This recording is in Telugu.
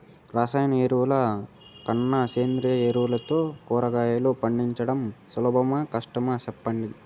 రసాయన ఎరువుల కన్నా సేంద్రియ ఎరువులతో కూరగాయలు పండించడం సులభమా కష్టమా సెప్పండి